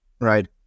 Right